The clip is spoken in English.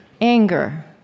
anger